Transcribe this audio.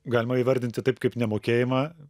galima įvardinti taip kaip nemokėjimą